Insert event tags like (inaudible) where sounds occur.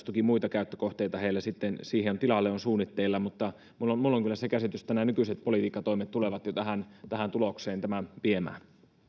(unintelligible) toki muita käyttökohteita heillä sitten siihen tilalle on suunnitteilla minulla on kyllä se käsitys että nämä nykyiset politiikkatoimet tulevat jo tähän tulokseen tämän viemään